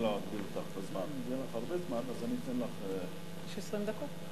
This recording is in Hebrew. יהיה לך הרבה זמן, אז אני אתן לך, יש 20 דקות.